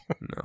No